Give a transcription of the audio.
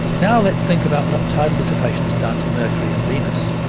now let's think about what tidal dissipation has done to mercury and venus.